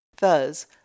Thus